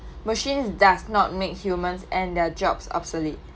machines does not make humans and their jobs obsolete